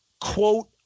quote